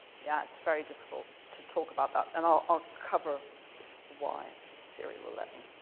yeah. it's very difficult to talk about that. and i'll cover why if siri will let me.